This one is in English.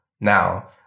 now